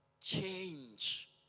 change